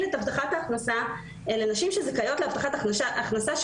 את הבטחת ההכנסה לנשים שזכאיות להבטחת הכנסה.